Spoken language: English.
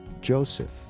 joseph